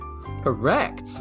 Correct